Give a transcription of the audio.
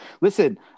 Listen